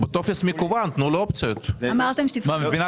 רוויזיה על הסתייגות מספר 75. מי בעד